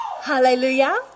Hallelujah